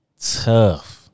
Tough